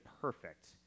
perfect